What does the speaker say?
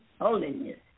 holiness